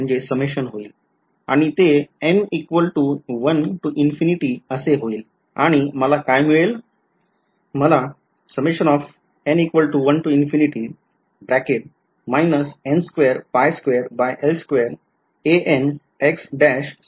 आणि ते n equal to 1 to infinity असे होईल आणि मला काय मिळेल